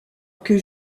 que